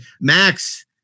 Max